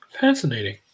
Fascinating